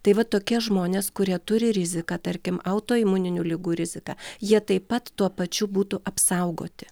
tai va tokie žmonės kurie turi riziką tarkim autoimuninių ligų riziką jie taip pat tuo pačiu būtų apsaugoti